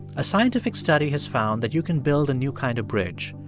a scientific study has found that you can build a new kind of bridge,